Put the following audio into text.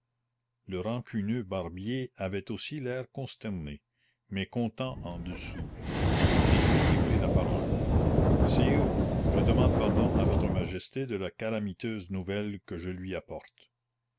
le rancuneux barbier avait aussi l'air consterné mais content en dessous c'est lui qui prit la parole sire je demande pardon à votre majesté de la calamiteuse nouvelle que je lui apporte